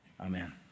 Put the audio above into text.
Amen